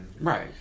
Right